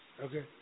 okay